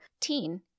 teen